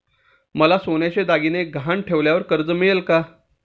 मला सोन्याचे दागिने गहाण ठेवल्यावर कर्ज मिळेल का?